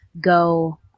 go